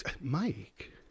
Mike